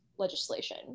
legislation